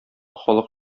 халык